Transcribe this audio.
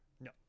No